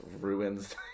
ruins